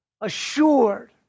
assured